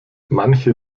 manche